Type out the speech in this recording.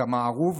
את המערוף,